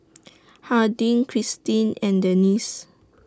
Hardin Krystin and Dennis